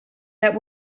that